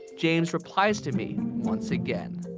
james replies to me once again.